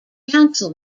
council